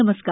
नमस्कार